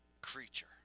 creature